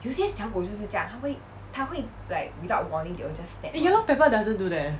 eh ya lor pepper doesn't do that